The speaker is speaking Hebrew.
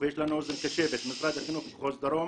ויש לנו אוזן קשבת עם משרד החינוך מחוז דרום